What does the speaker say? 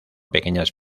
pequeñas